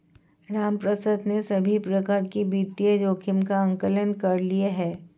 रामप्रसाद सभी प्रकार के वित्तीय जोखिम का आंकलन कर लिए है